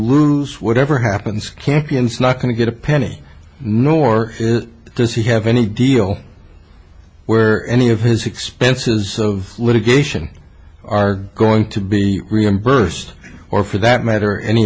lose whatever happens campion's not going to get a penny nor is it does he have any deal where any of his expenses of litigation are going to be reimbursed or for that matter any